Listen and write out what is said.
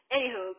Anywho